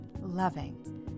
loving